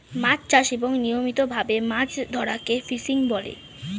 মাছ চাষ এবং নিয়মিত ভাবে মাছ ধরাকে ফিশিং বলে